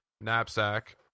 knapsack